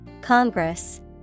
Congress